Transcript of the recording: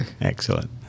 Excellent